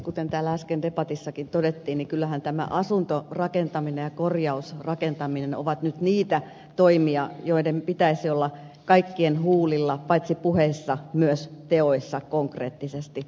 kuten täällä äsken debatissakin todettiin niin kyllähän nämä asuntorakentaminen ja korjausrakentaminen ovat nyt niitä toimia joiden pitäisi olla kaikkien huulilla paitsi puheissa myös teoissa konkreettisesti